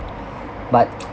but